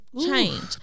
change